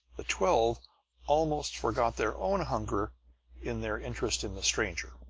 the twelve almost forgot their own hunger in their interest in the stranger.